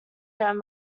grand